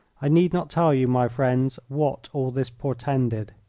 i need not tell you, my friends, what all this portended.